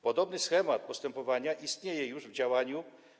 Podobny schemat postępowania istnieje już w działaniu: